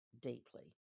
deeply